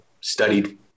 studied